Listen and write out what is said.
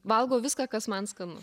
valgau viską kas man skanu